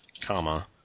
Comma